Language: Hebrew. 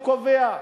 וקובע.